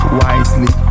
wisely